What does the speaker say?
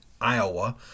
Iowa